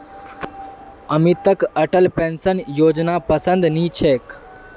अमितक अटल पेंशन योजनापसंद नी छेक